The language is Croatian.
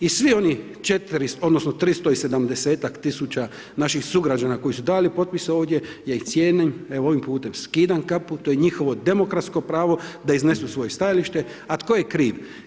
I svi oni 4 odnosno 300 i sedamdesetak tisuća naših sugrađana koji su dali potpise ovdje, ja ih cijenim, evo, ovim putem skidam kapu, to je njihovo demokratsko pravo da iznesu svoje stajalište, a tko je kriv?